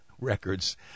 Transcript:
records